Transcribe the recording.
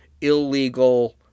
illegal